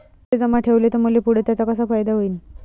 पैसे जमा ठेवले त मले पुढं त्याचा कसा फायदा होईन?